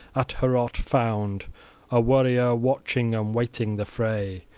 at heorot found a warrior watching and waiting the fray,